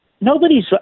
Nobody's